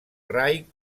reich